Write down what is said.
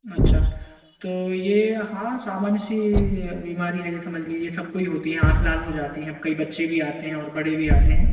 अच्छा तो ये हाँ सामान्य सी बीमारी है ये समझ लीजिए सबको ही होती है आँख लाल हो जाती हैं कई बच्चे भी आते हैं और बड़े भी आते हैं